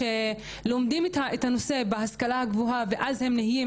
שלומדים את הנושא בהשכלה הגבוהה ואז הם נהיים